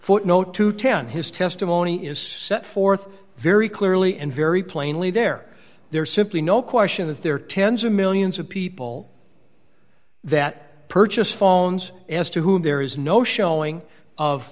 footnote to ten his testimony is set forth very clearly and very plainly there there's simply no question that there are tens of millions of people that purchase phones as to whom there is no showing of